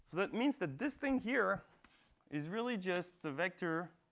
that means that this thing here is really just the vector